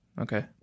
Okay